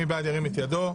מי בעד, ירים את ידו.